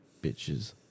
bitches